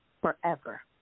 forever